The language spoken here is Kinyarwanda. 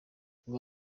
ngo